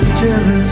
jealous